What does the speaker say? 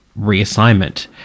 reassignment